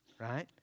right